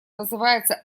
называется